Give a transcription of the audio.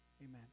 amen